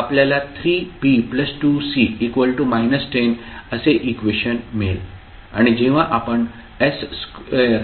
आपल्याला 3B2C −10 असे equation मिळेल आणि जेव्हा आपण s2